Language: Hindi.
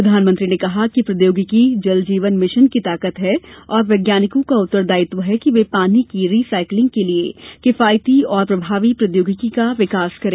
प्रधानमंत्री ने कहा कि प्रौद्योगिकी जल जीवन मिशन की ताकत है और वैज्ञानिकों का उत्तरदायित्व है कि वे पानी की रिसाइक्लिंग के लिए किफायती और प्रभावी प्रौद्योगिकी का विकास करें